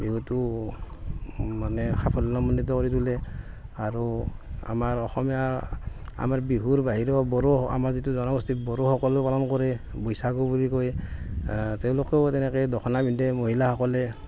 বিহুটো মানে সাফল্যমণ্ডিত কৰি তোলে আৰু আমাৰ অসমীয়া আমাৰ বিহুৰ বাহিৰেও বড়ো আমাৰ যিটো জনগোষ্ঠী বড়োসকলো পালন কৰে বৈশাগু বুলি কয় তেওঁলোকেও তেনেকৈ দখনা পিন্ধে মহিলাসকলে